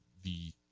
the